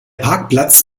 parkplatz